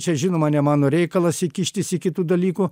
čia žinoma ne mano reikalas įkištis į kitų dalykų